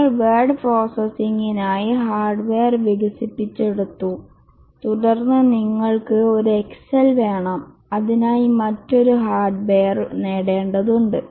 നിങ്ങൾ വേർഡ് പ്രോസസ്സിംഗിനായി ഹാർഡ്വെയർ വികസിപ്പിച്ചെടുത്തു തുടർന്ന് നിങ്ങൾക്ക് ഒരു എക്സൽ വേണം അതിനായി മറ്റൊരു ഹാർഡ്വെയർ നേടേണ്ടതുണ്ട്